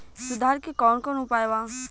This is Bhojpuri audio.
सुधार के कौन कौन उपाय वा?